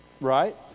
right